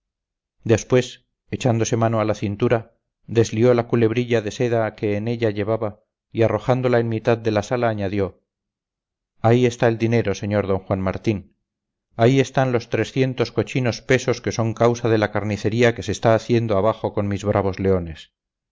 después echándose mano a la cintura deslió la culebrilla de seda que en ella llevaba y arrojándola en mitad de la sala añadió ahí está el dinero sr d juan martín ahí están los trescientos cochinos pesos que son causa de la carnicería que se está haciendo abajo con mis bravos leones